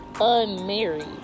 unmarried